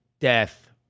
death